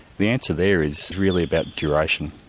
the answer there is really about duration.